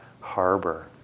harbor